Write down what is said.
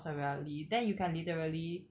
severely then you can literally